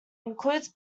includes